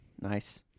Nice